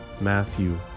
Matthew